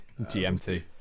GMT